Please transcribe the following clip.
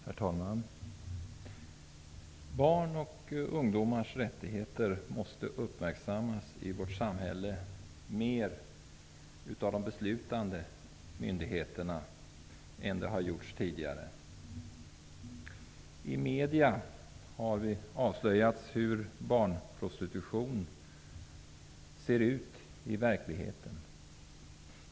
Herr talman! Barns och ungdomars rättigheter måste uppmärksammas mer av de beslutande myndigheterna än vad de har gjort hittills. I medierna har det avslöjats hur barnprostitutionen ser ut i verkligheten.